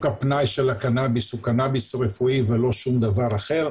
הפנאי של הקנאביס הוא קנאביס רפואי ולא שום דבר אחר.